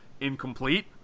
incomplete